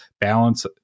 balance